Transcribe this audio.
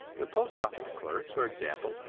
the postoffice clerks, for example,